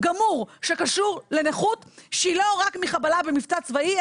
גמור שקשור לנכות שהיא לא רק מחבלה במבצע צבאי,